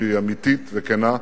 שהיא אמיתית וכנה,